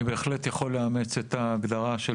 אני בהחלט יכול לאמץ את ההגדרה של